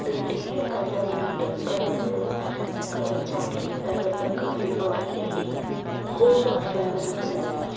ఎందుకంటే ఎయిర్కార్ట్లో ఉన్నట్టు ఎక్కడ్లేదు అక్కడ చాక్లెట్ ఫేవర్లు కాఫీ ఫౌడర్ది ఎక్కువుగా ఫేవర్ అక్కడ